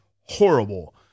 horrible